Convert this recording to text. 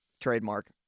trademark